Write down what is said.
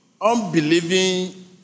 unbelieving